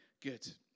good